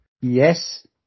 Yes